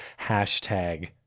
hashtag